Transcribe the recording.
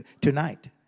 tonight